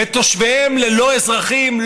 ואת תושביהם ללא-אזרחים,